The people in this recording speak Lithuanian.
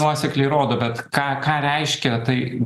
nuosekliai rodo bet ką ką reiškia tai